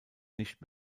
nicht